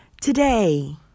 today